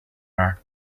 are